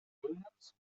williams